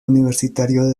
universitario